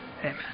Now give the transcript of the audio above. Amen